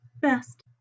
best